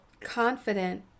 confident